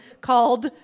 called